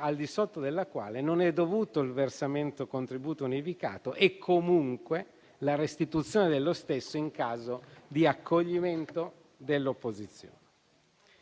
al di sotto della quale non è dovuto il versamento del contributo unificato e comunque la restituzione dello stesso in caso di accoglimento dell'opposizione.